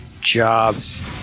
jobs